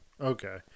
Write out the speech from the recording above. Okay